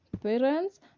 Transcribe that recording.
parents